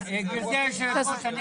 גברתי יושבת הראש אנחנו